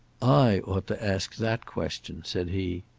i ought to ask that question, said he.